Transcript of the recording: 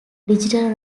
digital